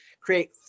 create